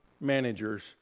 managers